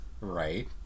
Right